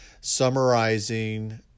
summarizing